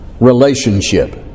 relationship